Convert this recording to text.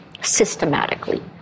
systematically